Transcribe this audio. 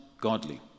Godly